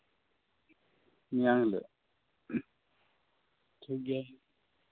ᱢᱤᱭᱟᱝ ᱦᱤᱞᱳᱜ ᱴᱷᱤᱠᱜᱮᱭᱟ